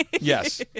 Yes